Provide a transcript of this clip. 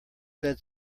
said